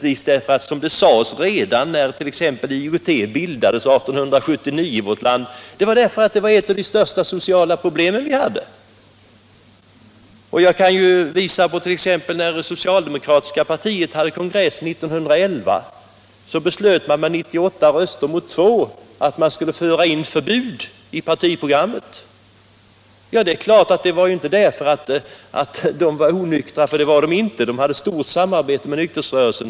Det beror på, såsom det sades exempelvis när IOGT i vårt land bildades 1879, att detta är ett av de största sociala problemen i vårt land. När det socialdemokratiska partiet höll kongress år 1911 beslöt man med 98 röster mot 2 att krav på alkoholförbud skulle införas i partiprogrammet. Det berodde naturligtvis inte på att de var onyktra, för det var de inte — man hade inom socialdemokratin ett omfattande samarbete med nykterhetsrörelsen.